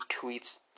tweets